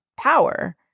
power